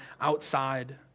outside